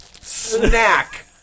snack